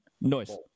Noise